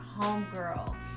homegirl